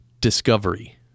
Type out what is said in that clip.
Discovery